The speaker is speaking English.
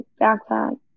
backpack